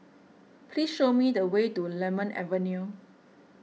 please show me the way to Lemon Avenue